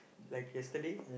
like yesterday